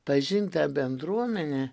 pažint tą bendruomenę